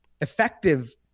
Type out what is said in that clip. effective